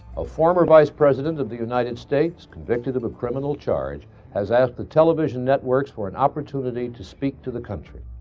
a former vice president of the united states convicted of a criminal charge has asked the television networks for an opportunity to speak to the country